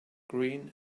green